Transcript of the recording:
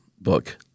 book